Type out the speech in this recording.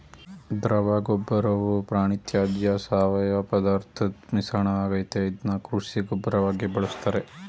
ದ್ರವಗೊಬ್ಬರವು ಪ್ರಾಣಿತ್ಯಾಜ್ಯ ಸಾವಯವಪದಾರ್ಥದ್ ಮಿಶ್ರಣವಾಗಯ್ತೆ ಇದ್ನ ಕೃಷಿ ಗೊಬ್ಬರವಾಗಿ ಬಳುಸ್ತಾರೆ